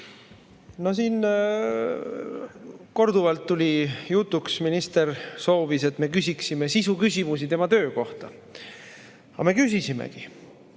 tuli korduvalt jutuks, minister soovis, et me küsiksime sisuküsimusi tema töö kohta. Aga me küsisimegi.